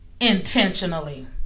intentionally